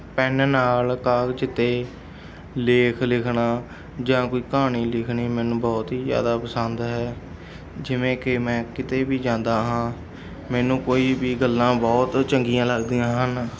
pen ਨਾਲ ਕਾਗਜ਼ 'ਤੇ ਲੇਖ ਲਿਖਣਾ ਜਾਂ ਕੋਈ ਕਹਾਣੀ ਲਿਖਣੀ ਮੈਨੂੰ ਬਹੁਤ ਹੀ ਜ਼ਿਆਦਾ ਪਸੰਦ ਹੈ ਜਿਵੇਂ ਕਿ ਮੈਂ ਕਿਤੇ ਵੀ ਜਾਂਦਾ ਹਾਂ ਮੈਨੂੰ ਕੋਈ ਵੀ ਗੱਲਾਂ ਬਹੁਤ ਚੰਗੀਆਂ ਲੱਗਦੀਆਂ ਹਨ